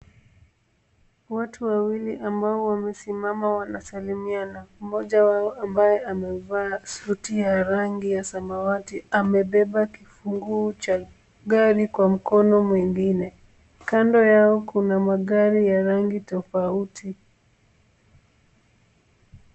Watu wawili ambao wamesimama wanasalimiana. Moja wao ambaye amevaa suti ya rangi ya samawati amebeba kifunguu cha gari kwa mkono mwingine. Kando yao kuna magari ya rangi tofauti.